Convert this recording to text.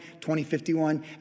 2051